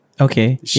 Okay